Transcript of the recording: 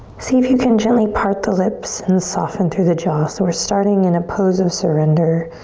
see if you can gently part the lips and soften through the jaws. so we're starting in a pose of surrender.